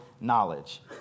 knowledge